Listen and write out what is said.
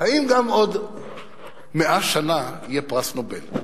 האם גם בעוד 100 שנה יהיה פרס נובל?